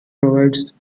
provides